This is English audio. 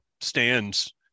stands